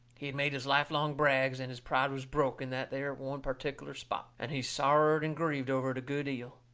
he had made his life-long brags, and his pride was broke in that there one pertic'ler spot. and he sorrered and grieved over it a good eal,